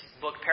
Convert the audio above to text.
book